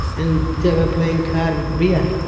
and they were playing cards with beer.